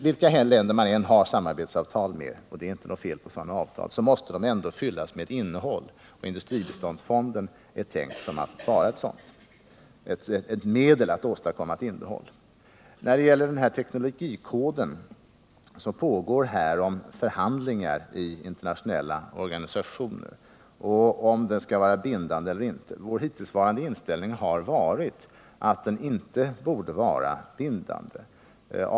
Vilka länder man än träffar samarbetsavtal med — och det är inget fel på sådana avtal — så måste de ändå fyllas med ett innehåll. Industribiståndsfonden är tänkt att vara ett medel för att åstadkomma ett innehåll. Beträffande teknologikoden pågår förhandlingar i internationella organisationer om huruvida den skall vara bindande eller inte. Vår hittillsvarande inställning har varit att den inte bör vara bindande.